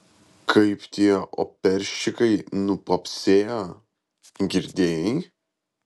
kaip tie operščikai nupopsėjo girdėjai